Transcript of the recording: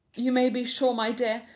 you may be sure, my dear,